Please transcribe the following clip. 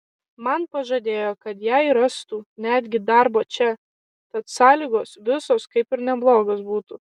man pažadėjo kad jai rastų netgi darbą čia tad sąlygos visos kaip ir neblogos būtų